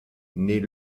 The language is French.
naît